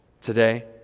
today